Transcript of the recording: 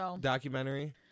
Documentary